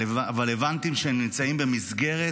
אבל הבנתי שהם נמצאים במסגרת